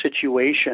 situation